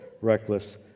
reckless